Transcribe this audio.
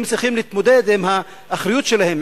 הם צריכים להתמודד עם האחריות שלהם,